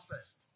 first